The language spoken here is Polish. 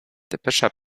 depesza